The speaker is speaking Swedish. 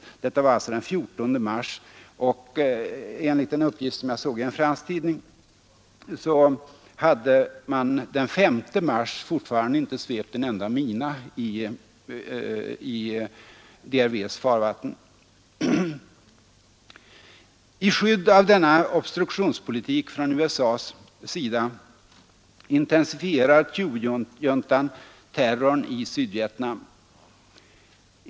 Detta var alltså den 14 mars. Enligt en uppgift som jag såg i en fransk tidning hade USA den 5 mars fortfarande inte svept en enda mina i DRV:s farvatten. I skydd av denna obstruktionspolitik från USA:s sida intensifierar Thieujuntan terrorn i Sydvietnam.